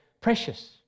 Precious